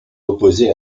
opposé